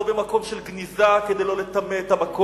לא במקום של גניזה כדי לא לטמא את המקום,